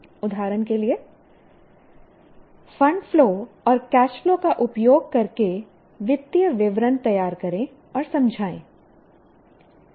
उदाहरण के लिए फंड फ्लो और कैश फ्लो का उपयोग करके वित्तीय विवरण तैयार करें और समझाएं